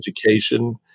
education